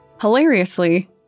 Hilariously